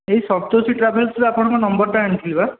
ଏହି ସପ୍ତଶ୍ରୀ ଟ୍ରାଭେଲ୍ସ୍ରୁ ଆପଣଙ୍କ ନମ୍ବର୍ଟା ଆଣିଥିଲି ବା